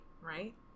right